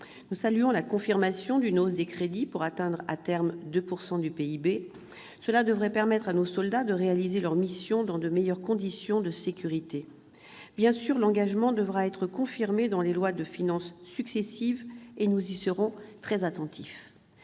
Nous saluons la confirmation d'une hausse des crédits pour qu'ils atteignent à terme 2 % du PIB. Cela devrait permettre à nos soldats de réaliser leurs missions dans de meilleures conditions de sécurité. Bien sûr, l'engagement devra être confirmé dans les lois de finances successives, et nous y serons très attentifs.